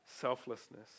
selflessness